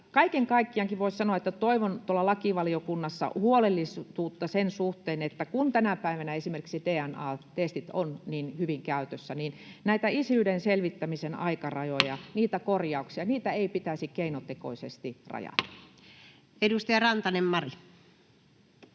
Kaiken kaikkiaankin voisi sanoa, että toivon lakivaliokunnassa huolellisuutta sen suhteen, että kun tänä päivänä esimerkiksi DNA-testit ovat niin hyvin käytössä, niin näitä isyyden selvittämisen aikarajoja, niitä korjauksia, ei pitäisi keinotekoisesti rajata. [Speech 23] Speaker: